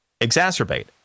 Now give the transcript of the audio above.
exacerbate